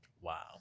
Wow